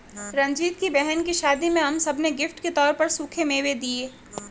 रंजीत की बहन की शादी में हम सब ने गिफ्ट के तौर पर सूखे मेवे दिए